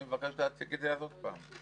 אז אני מבקש להציג את זה עוד פעם.